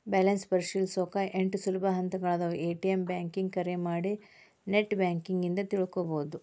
balance ಪರಿಶೇಲಿಸೊಕಾ ಎಂಟ್ ಸುಲಭ ಹಂತಗಳಾದವ ಎ.ಟಿ.ಎಂ ಬ್ಯಾಂಕಿಂಗ್ ಕರೆ ಮಾಡಿ ನೆಟ್ ಬ್ಯಾಂಕಿಂಗ್ ಇಂದ ತಿಳ್ಕೋಬೋದು